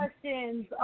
questions